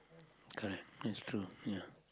correct yes true ya